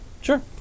Sure